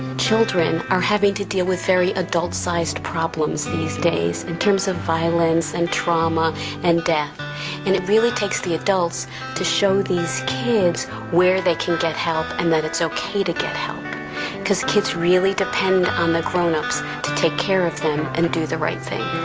children are having to deal with very adult-sized problems these days in terms of violence and trauma and death and it really takes the adults to show these kids where they can get help and that it's okay to get help because kids really depend on the grown up so to take care of them and do the right thing.